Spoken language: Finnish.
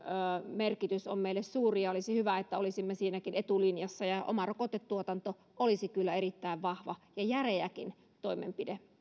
merkitys on meille suuri ja olisi hyvä että olisimme siinäkin etulinjassa oma rokotetuotanto olisi kyllä erittäin vahva ja järeäkin toimenpide